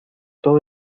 todo